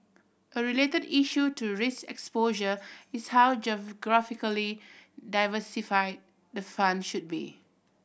a related issue to risk exposure is how geographically diversified the fund should be